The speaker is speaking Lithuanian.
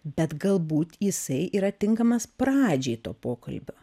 bet galbūt jisai yra tinkamas pradžiai to pokalbio